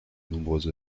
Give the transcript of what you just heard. nombreuses